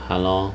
!hannor!